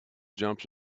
jumps